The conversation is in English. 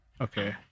Okay